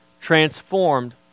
transformed